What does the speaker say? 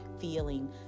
feeling